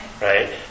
Right